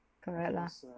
correct lah